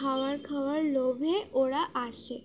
খাওয়ার খাওয়ার লোভে ওরা আসে